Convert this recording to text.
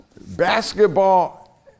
Basketball